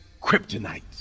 kryptonite